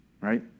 right